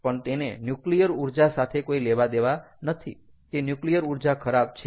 પણ તેને ન્યુક્લિયર ઊર્જા સાથે કોઈ લેવાદેવા નથી કે ન્યુક્લિયર ઊર્જા ખરાબ છે